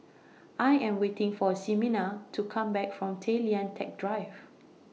I Am waiting For Ximena to Come Back from Tay Lian Teck Drive